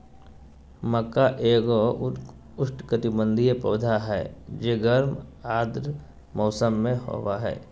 मक्का एगो उष्णकटिबंधीय पौधा हइ जे गर्म आर्द्र मौसम में होबा हइ